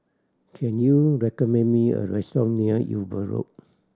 can you recommend me a restaurant near Eber Road